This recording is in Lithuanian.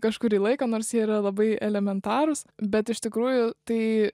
kažkurį laiką nors jie yra labai elementarūs bet iš tikrųjų tai